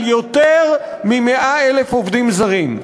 על יותר מ-100,000 עובדים זרים.